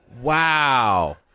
wow